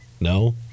No